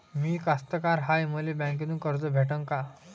मी कास्तकार हाय, मले बँकेतून कर्ज भेटन का?